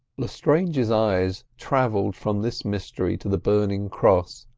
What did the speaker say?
lestrange's eyes travelled from this mystery to the burning cross,